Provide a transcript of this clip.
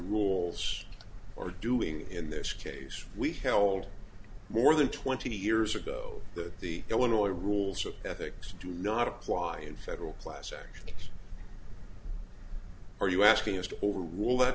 rules are doing in this case we held more than twenty years ago that the illinois rules of ethics do not apply in federal classic are you asking us to overrule that